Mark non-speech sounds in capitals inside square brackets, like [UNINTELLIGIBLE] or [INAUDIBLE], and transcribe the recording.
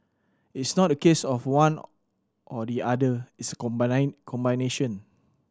it's not a case of one or the other it's a [UNINTELLIGIBLE] combination